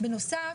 בנוסף,